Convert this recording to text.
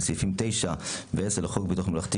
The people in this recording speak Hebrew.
סעיפים 9 ו-10 לחוק ביטוח בריאות ממלכתי,